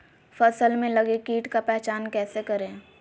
फ़सल में लगे किट का पहचान कैसे करे?